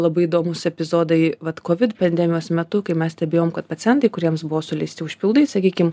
labai įdomūs epizodai vat covid pandemijos metu kai mes stebėjom kad pacientai kuriems suleisti užpildai sakykim